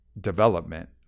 development